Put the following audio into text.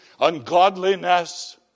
ungodliness